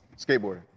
skateboarding